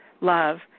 love